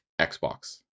Xbox